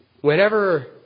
whenever